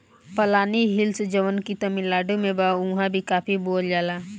पलानी हिल्स जवन की तमिलनाडु में बा उहाँ भी काफी बोअल जाला